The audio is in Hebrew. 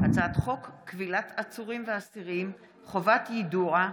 הצעת חוק כבילת עצורים ואסירים (חובת יידוע)